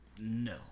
no